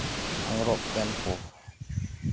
ᱟᱸᱜᱽᱨᱚᱵ ᱯᱮᱱ ᱠᱚ